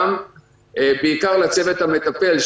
ובעיקר לצוות המטפל,